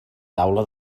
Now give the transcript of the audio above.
taula